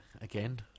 Again